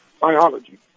biology